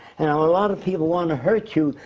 and um a lot of people wanna hurt you.